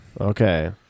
Okay